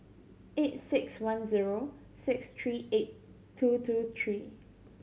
eight six one zero six three eight two two three